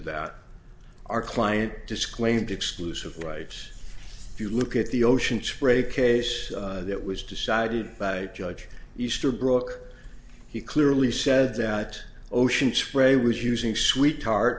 that our client disclaimed exclusive rights if you look at the ocean spray case that was decided by judge easterbrook he clearly said that ocean spray was using sweetheart